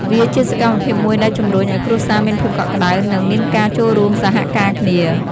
វាជាសកម្មភាពមួយដែលជំរុញឱ្យគ្រួសារមានភាពកក់ក្តៅ និងមានការចូលរួមសហការគ្នា។